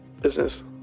business